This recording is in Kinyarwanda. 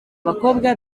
abakobwa